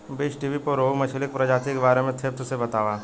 बीज़टीवी पर रोहु मछली के प्रजाति के बारे में डेप्थ से बतावता